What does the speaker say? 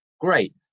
great